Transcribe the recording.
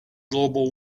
global